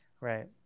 Right